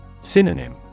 Synonym